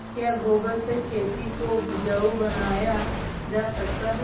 क्या गोबर से खेती को उपजाउ बनाया जा सकता है?